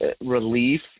relief